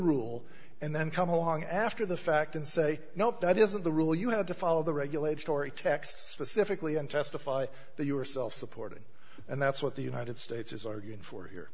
rule and then come along after the fact and say nope that isn't the rule you have to follow the regulate busy story text specifically and testify that you are self supporting and that's what the united states is arguing